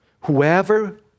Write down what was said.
Whoever